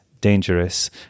dangerous